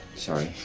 sorry.